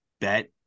bet